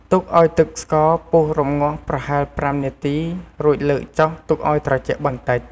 ទុកឱ្យទឹកស្ករពុះរម្ងាស់ប្រហែល ៥ នាទី រួចលើកចុះទុកឱ្យត្រជាក់បន្តិច។